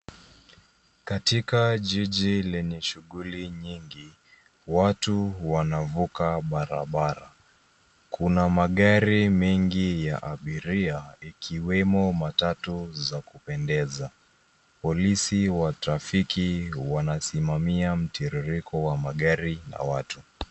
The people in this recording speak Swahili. Katika jiji lenye shughuli nyingi, watu wanavuka barabara. Kuna magari mengi ya abiria ikiwemo matatu za kupendeza. Polisi wa trafiki wanasimamia mtiririko wa magari na watu.